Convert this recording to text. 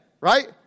right